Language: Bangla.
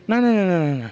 না না না না না না